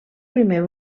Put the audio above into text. primer